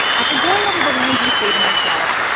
after going over the land use data myself,